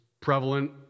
prevalent